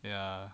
ya